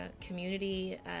community